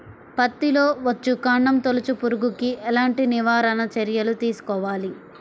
పత్తిలో వచ్చుకాండం తొలుచు పురుగుకి ఎలాంటి నివారణ చర్యలు తీసుకోవాలి?